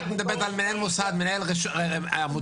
את מדברת על מנהל מוסד, מנהל עמותה.